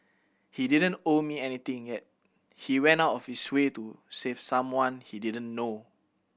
he didn't owe me anything yet he went out of his way to save someone he didn't know